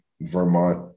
Vermont